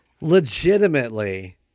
legitimately